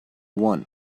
want